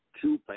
two